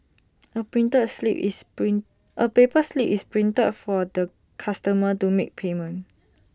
A printer A slip is print A paper slip is printed for the customer to make payment